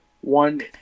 One